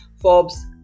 Forbes